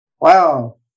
Wow